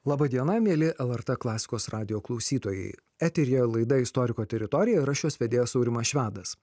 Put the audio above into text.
laba diena mieli lrt klasikos radijo klausytojai eteryje laida istoriko teritorija ir aš jos vedėjas aurimas švedas